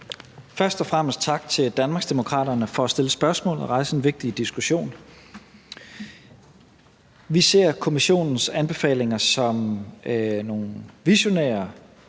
Først og fremmest vil jeg sige tak til Danmarksdemokraterne for at stille spørgsmålet og rejse en vigtig diskussion. Vi ser kommissionens anbefalinger som nogle visionære